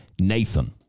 Nathan